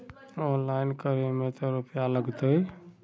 Online करे में ते रुपया लगते?